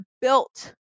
built